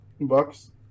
Bucks